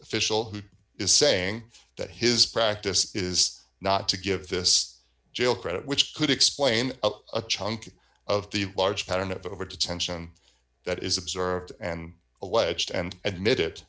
official who is saying that his practice is not to give this jail credit which could explain a chunk of the large pattern of over detention that is observed and alleged and admitted